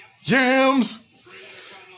Yams